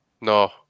No